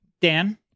Dan